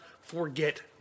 forget